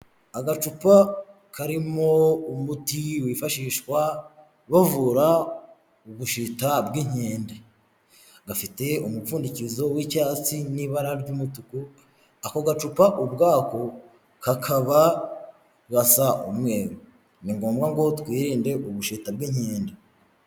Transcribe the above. Agacupa karimo umuti wifashishwa bavura ubushita bw'inkende, gafite umupfundikizo w'icyatsi n'ibara ry'umutuku, ako gacupa ubwako kakaba gasa umweru. Ni ngombwa ngo twirinde ubushita bw'inkende.